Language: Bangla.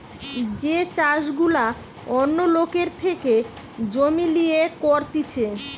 যে চাষ গুলা অন্য লোকের থেকে জমি লিয়ে করতিছে